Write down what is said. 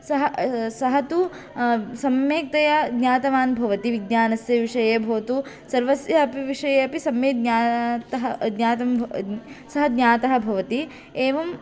सः सः तु सम्यक्तया ज्ञातवान् भवति विज्ञानस्य विषये भवतु सर्वस्यापि विषये सम्यक् ज्ञातः ज्ञातं सः ज्ञातः भवति एवं